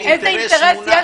איזה אינטרס?